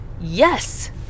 yes